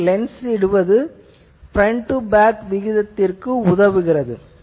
எனவே லென்ஸ் இடுவது front to back விகிதத்திற்கு உதவுகிறது